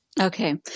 Okay